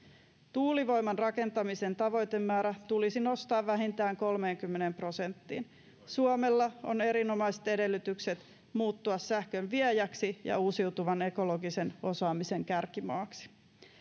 tuulivoiman rakentamisen tavoitemäärää tulisi nostaa vähintään kolmeenkymmeneen prosenttiin suomella on erinomaiset edellytykset muuttua sähkön viejäksi ja uusiutuvan ekologisen osaamisen kärkimaaksi